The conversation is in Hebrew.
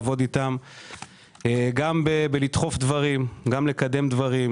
שיצא לי לעבוד בהן גם לדחוף ולקדם דברים,